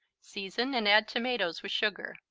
season and add tomatoes with sugar.